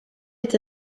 est